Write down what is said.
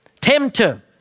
tempter